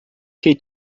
que